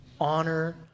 honor